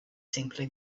simply